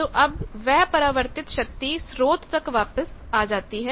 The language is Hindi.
तो अब वह परावर्तितशक्ति स्रोत तक वापस आ जाती है